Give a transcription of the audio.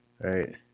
right